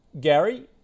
Gary